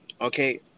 Okay